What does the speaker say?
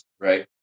right